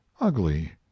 Ugly